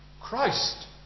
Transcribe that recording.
Christ